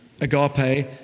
agape